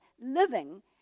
living